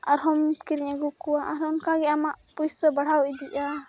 ᱟᱨᱦᱚᱸᱢ ᱠᱤᱨᱤᱧ ᱟᱹᱜᱩ ᱠᱚᱣᱟ ᱟᱨᱦᱚᱸ ᱚᱱᱠᱟᱜᱮ ᱟᱢᱟᱜ ᱯᱩᱭᱥᱟᱹ ᱵᱟᱲᱦᱟᱣ ᱤᱫᱤᱜᱼᱟ